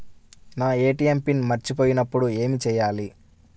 నా ATM pin మరచిపోయినప్పుడు ఏమి చేయాలి?